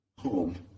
home